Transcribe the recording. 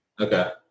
Okay